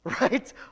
right